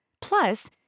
Plus